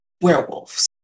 werewolves